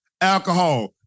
alcohol